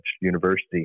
university